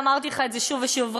אמרתי לך את זה שוב ושוב,